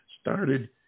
started